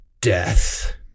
death